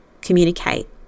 communicate